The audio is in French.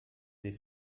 des